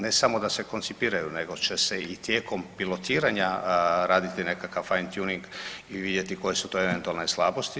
Ne samo da se koncipiraju nego će se i tijekom pilotiranja raditi nekakav fine tuning i vidjeti koje su to eventualne slabosti.